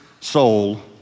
soul